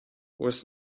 was